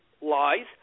lies